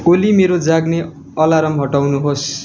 ओली मेरो जाग्ने अलार्म हटाउनुहोस्